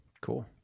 Cool